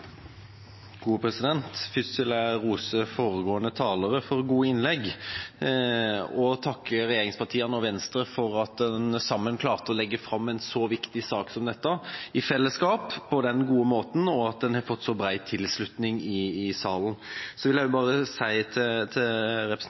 gode innlegg og takke regjeringspartiene og Venstre for at en klarte å legge fram en så viktig sak som dette i fellesskap på den gode måten, og at den har fått så bred tilslutning i salen. Så vil jeg også si til representanten Aasland fra Arbeiderpartiet at for Kristelig Folkepartis del er vi beredt til